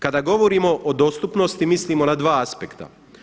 Kada govorimo o dostupnosti mislimo na dva aspekta.